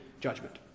judgment